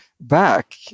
back